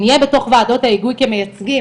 שנהיה בתוך ועדות ההיגוי כמייצגים.